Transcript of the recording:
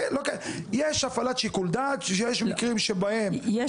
יש הפעלת שיקול דעת כשיש מקרים שבהם --- לא.